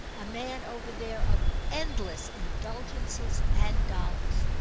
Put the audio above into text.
a man, over there, of endless indulgences and dollars.